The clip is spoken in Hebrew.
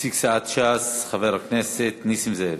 נציג סיעת ש"ס, חבר הכנסת נסים זאב.